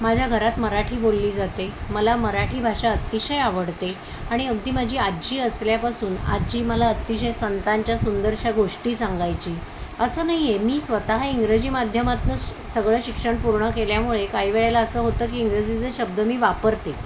माझ्या घरात मराठी बोलली जाते मला मराठी भाषा अतिशय आवडते आणि अगदी माझी आज्जी असल्यापासून आज्जी मला अत्तिशय संतांच्या सुंदरशा गोष्टी सांगायची असं नाहीये मी स्वतः इंग्रजी माध्यमातनं सगळं शिक्षण पूर्ण केल्यामुळे काही वेळेला असं होतं की इंग्रजीचे शब्द मी वापरते